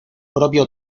propio